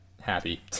happy